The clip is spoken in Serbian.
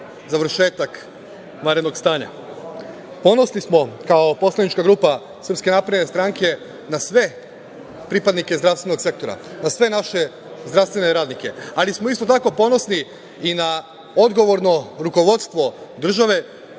završetak vanrednog stanja. Ponosni smo, kao poslanička grupa SNS, na sve pripadnike zdravstvenog sektora, na sve naše zdravstvene radnike, ali smo isto tako ponosni i na odgovorno rukovodstvo države